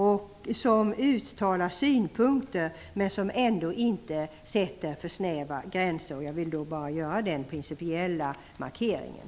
Visserligen uttalas det synpunkter, men ändå sätts inte för snäva gränser. Jag ville göra den principiella markeringen.